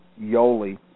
Yoli